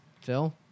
Phil